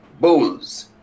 bulls